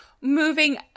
moving